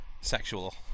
sexual